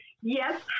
Yes